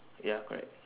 ya correct